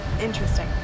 interesting